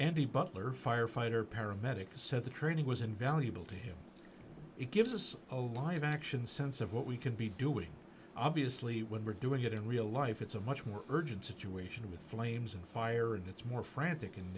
andy butler firefighter paramedic said the training was invaluable to him it gives us a live action sense of what we can be doing obviously when we're doing it in real life it's a much more urgent situation with flames and fire and it's more frantic in